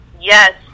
Yes